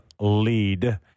lead